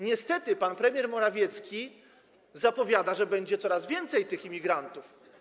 Niestety pan premier Morawiecki zapowiada, że będzie coraz więcej imigrantów.